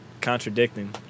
contradicting